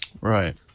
Right